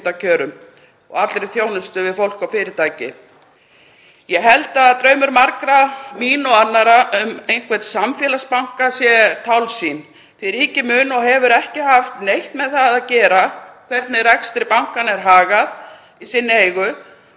og allri þjónustu við fólk og fyrirtæki. Ég held að draumur margra, mín og annarra, um einhvern samfélagsbanka sé tálsýn því að ríkið mun og hefur ekki haft neitt með það að gera hvernig rekstri bankanna er hagað í sinni eigu